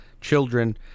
children